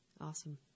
Awesome